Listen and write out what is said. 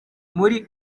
muri